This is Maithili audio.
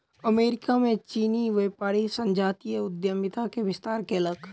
अमेरिका में चीनी व्यापारी संजातीय उद्यमिता के विस्तार कयलक